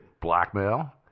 blackmail